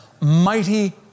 mighty